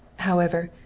however,